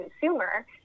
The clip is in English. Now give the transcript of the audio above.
consumer